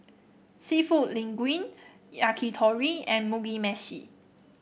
seafood Linguine Yakitori and Mugi Meshi